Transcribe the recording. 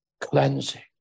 cleansing